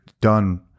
done